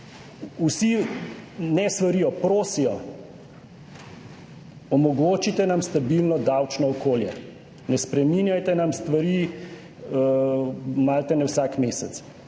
Vsi, ne svarijo, prosijo, omogočite nam stabilno davčno okolje, ne spreminjajte nam stvari, malo te ne vsak mesec,